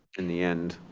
in the end.